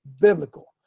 Biblical